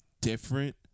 different